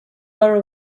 were